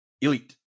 elite